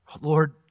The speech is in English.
Lord